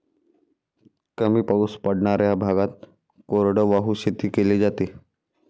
कमी पाऊस पडणाऱ्या भागात कोरडवाहू शेती केली जाते